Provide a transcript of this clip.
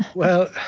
well,